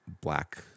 black